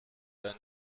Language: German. ein